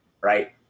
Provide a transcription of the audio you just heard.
right